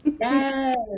Yes